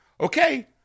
okay